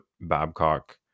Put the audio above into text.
Babcock